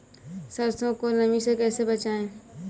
सरसो को नमी से कैसे बचाएं?